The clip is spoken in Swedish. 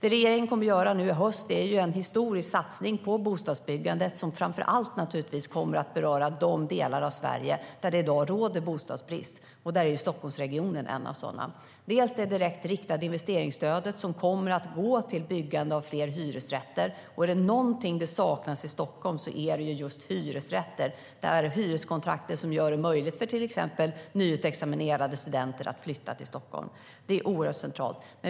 I höst kommer regeringen att göra en historisk satsning på bostadsbyggandet. Det kommer naturligtvis att framför allt beröra de delar av Sverige där det i dag råder bostadsbrist. Det gäller bland annat Stockholmsregionen. Vi har det direkt riktade investeringsstödet som kommer att gå till byggande av fler hyresrätter. Om det är något som saknas i Stockholm så är det just hyresrätter. Att få hyreskontrakt gör det möjligt för till exempel nyutexaminerade studenter att flytta till Stockholm. Det är oerhört centralt.